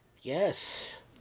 Yes